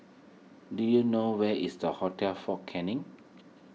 do you know where is the Hotel fort Canning